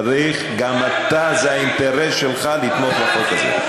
צריך, גם אתה, זה האינטרס שלך לתמוך בחוק הזה.